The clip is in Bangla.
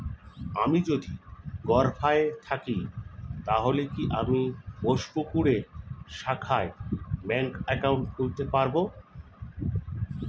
আমি যদি গরফায়ে থাকি তাহলে কি আমি বোসপুকুরের শাখায় ব্যঙ্ক একাউন্ট খুলতে পারবো?